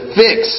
fix